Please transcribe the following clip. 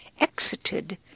exited